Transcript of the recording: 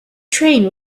train